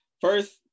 first